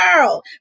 world